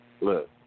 Look